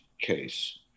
case